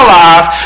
life